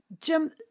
Jim